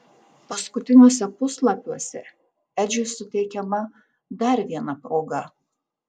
paskutiniuose puslapiuose edžiui suteikiama dar viena proga